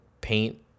paint